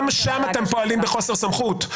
גם שם אתם פועלים בחוסר סמכות.